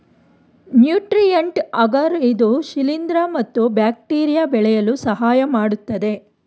nutrient agar ಇದು ಶಿಲಿಂದ್ರ ಮತ್ತು ಬ್ಯಾಕ್ಟೀರಿಯಾ ಬೆಳೆಯಲು ಸಹಾಯಮಾಡತ್ತದೆ